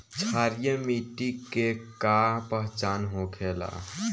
क्षारीय मिट्टी के का पहचान होखेला?